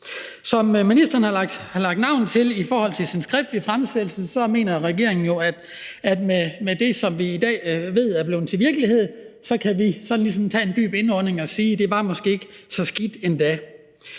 det, ministeren har lagt navn til i den skriftlige fremsættelse, mener regeringen, at med det, som vi i dag ved er blevet til virkelighed, kan vi ligesom tage en dyb indånding og sige, at det måske ikke var så skidt endda.